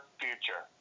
future